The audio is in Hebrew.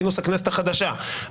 כינוס הכנסת החדשה,